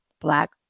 Black